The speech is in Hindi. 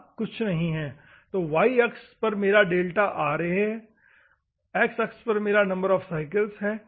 तो y अक्ष पर मेरा डेल्टा Ra है x अक्ष पर नंबर ऑफ़ साइकल्स ठीक है